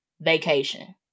vacation